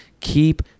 Keep